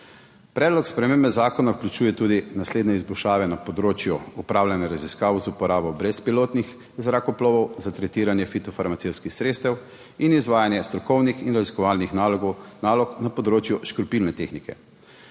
Predlog spremembe zakona vključuje tudi naslednje izboljšave na področju opravljanja raziskav z uporabo brezpilotnih zrakoplovov za tretiranje fitofarmacevtskih sredstev in izvajanje strokovnih in raziskovalnih nalog na področju škropilne tehnike,